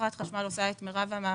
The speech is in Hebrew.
שחברת החשמל עושה את מרב המאמצים.